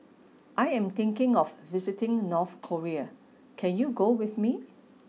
I am thinking of visiting North Korea can you go with me